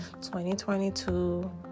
2022